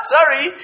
Sorry